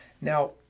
Now